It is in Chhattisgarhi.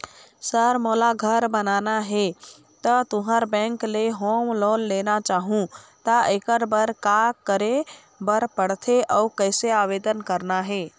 सर मोला घर बनाना हे ता तुंहर बैंक ले होम लोन लेना चाहूँ ता एकर बर का का करे बर पड़थे अउ कइसे आवेदन करना हे?